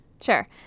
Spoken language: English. Sure